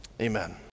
Amen